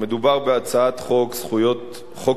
מדובר בהצעת חוק-יסוד: